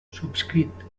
subscrit